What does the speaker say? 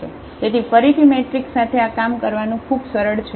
તેથી ફરીથી મેટ્રિક્સ સાથે આ કામ કરવાનું ખૂબ સરળ છે